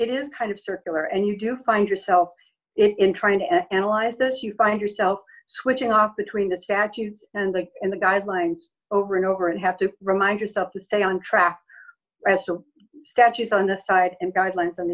it is kind of circular and you do find yourself in trying to analyze this you find yourself switching off between the statute and like in the guidelines over and over and have to remind yourself to stay on track as the statute on the side in guidelines on